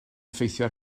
effeithio